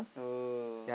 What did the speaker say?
oh